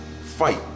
fight